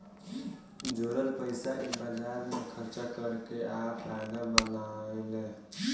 जोरल पइसा इ बाजार मे खर्चा कर के आ फायदा बनावेले